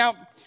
Now